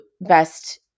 best